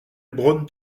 braun